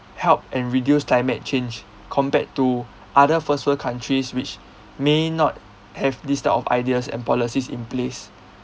help and reduce climate change compared to other first world countries which may not have this type of ideas and policies in place